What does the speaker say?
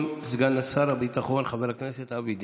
סגן שר הביטחון חבר הכנסת אבי דיכטר,